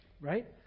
right